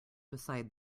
beside